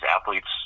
athletes